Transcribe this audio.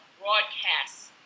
broadcasts